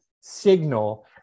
signal